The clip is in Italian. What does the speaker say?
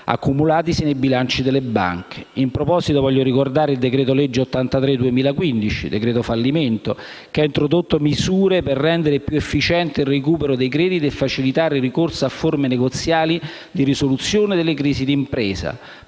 accumulatasi nei bilanci delle banche. In proposito, voglio ricordare il decreto-legge n. 83 del 2015 (cosiddetto decreto fallimento), che ha introdotto misure per rendere più efficienti il recupero dei crediti e facilitare il ricorso a forme negoziali di risoluzione delle crisi d'impresa,